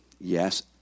yes